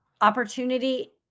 opportunity